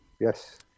Yes